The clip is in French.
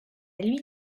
lui